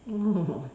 oh